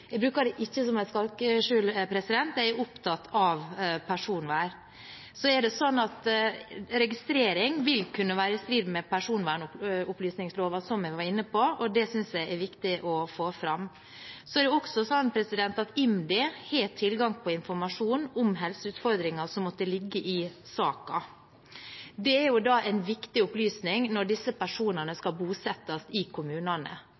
Jeg bruker det ikke som et skalkeskjul. Jeg er opptatt av personvern. Registrering vil kunne være i strid med personopplysningsloven, som jeg var inne på, og det synes jeg er viktig å få fram. Det er også sånn at IMDi har tilgang på informasjon om helseutfordringer som måtte ligge i saken. Det er viktige opplysninger når disse personene skal bosettes i kommunene,